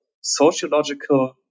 sociological